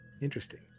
Interesting